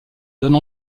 donne